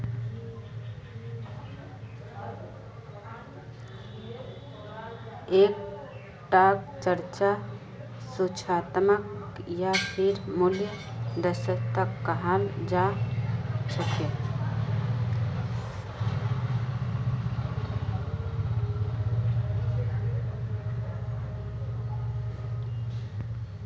एक टाक चर्चा सूचनात्मक या फेर मूल्य दक्षता कहाल जा छे